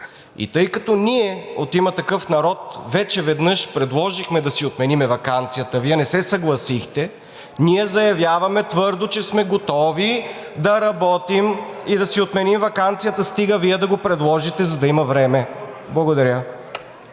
И тъй като от „Има такъв народ“ вече веднъж предложихме да си отменим ваканцията, Вие не се съгласихте, ние заявяваме твърдо, че сме готови да работим и да си отменим ваканцията, стига Вие да го предложите, за да има време. Благодаря.